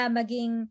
maging